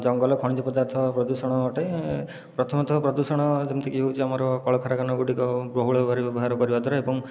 ଜଙ୍ଗଲ ଖଣିଜ ପଦାର୍ଥ ପ୍ରଦୂଷଣ ଅଟେ ପ୍ରଥମତଃ ପ୍ରଦୂଷଣ ଯେମିତି କି ହେଉଛି ଆମର କଳକାରଖାନା ଗୁଡ଼ିକ ବହୁଳ ଭାବରେ ବ୍ୟବହାର କରିବା ଦ୍ୱାରା ଏବଂ